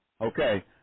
Okay